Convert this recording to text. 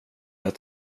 jag